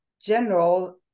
general